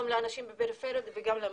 גם לאנשים בפריפריה וגם למעסיקים.